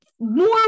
more